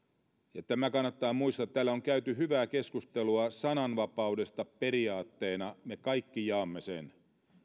kannattaa muistaa että täällä on käyty hyvää keskustelua sananvapaudesta periaatteena me kaikki jaamme sen